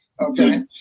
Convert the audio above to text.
Okay